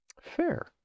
Fair